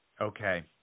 Okay